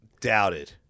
Doubted